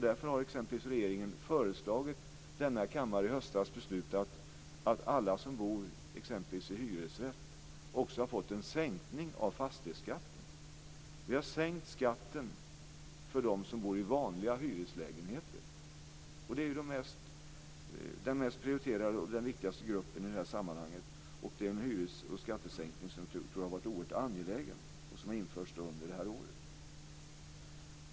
Därför föreslog regeringen denna kammare att i höstas besluta att alla som bor i hyresrätt också skulle få en sänkning av fastighetsskatten. Vi har sänkt skatten för dem som bor i vanliga hyreslägenheter. Det är den mest prioriterade och den viktigaste gruppen i det här sammanhanget. Det är en hyres och skattesänkning som jag tror har varit oerhört angelägen och som har införts under det här året.